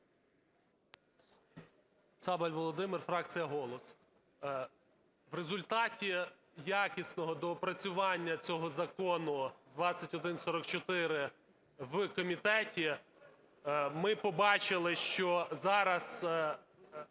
Цабаль Володимир, фракція "Голос". В результаті якісного доопрацювання цього Закону 2144 в комітеті, ми побачили, що зараз